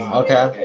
okay